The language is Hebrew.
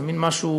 זה מין משהו,